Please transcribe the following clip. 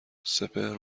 سپهر